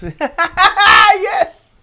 yes